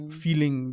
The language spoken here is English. feeling